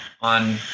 on